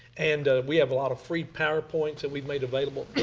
and we have a lot of free powerpoints that we've made available.